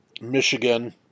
Michigan